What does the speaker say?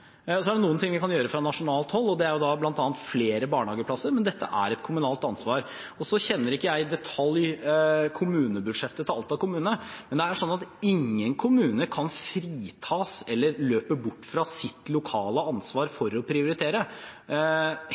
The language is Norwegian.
Så er det noen ting vi kan gjøre fra nasjonalt hold, bl.a. opprette flere barnehageplasser, men dette er et kommunalt ansvar. Jeg kjenner ikke kommunebudsjettet til Alta kommune i detalj, men det er sånn at ingen kommune kan fritas eller løpe bort fra sitt lokale ansvar for å prioritere,